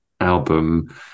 album